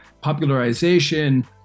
popularization